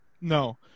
No